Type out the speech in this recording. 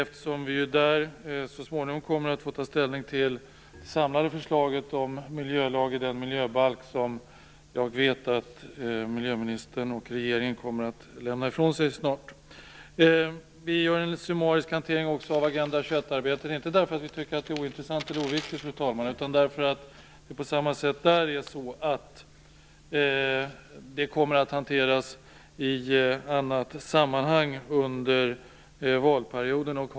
Vi kommer så småningom att få ta ställning till det samlade förslaget till miljöbalk som jag vet att miljöministern och regeringen kommer att lämna ifrån sig snart. Vi har också gjort en summarisk hantering av Agenda 21-arbetet. Men det är inte för att det skulle vara ointressant eller oviktigt, fru talman, utan därför att på samma sätt kommer det arbetet att hanteras under valperioden.